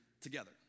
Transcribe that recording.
together